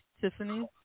Tiffany